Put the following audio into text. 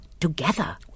together